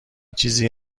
چیزی